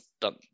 done